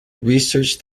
researched